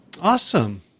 Awesome